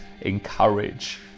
encourage